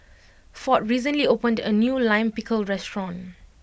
Ford recently opened a new Lime Pickle restaurant